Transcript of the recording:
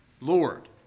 Lord